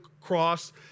cross